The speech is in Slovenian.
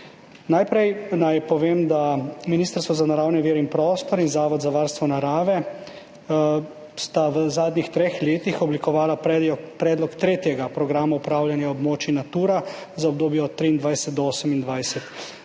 Najprej naj povem, da sta Ministrstvo za naravne vire in prostor in Zavod za varstvo narave v zadnjih treh letih oblikovala predlog tretjega programa upravljanja območij Natura za obdobje od 2023 do 2028.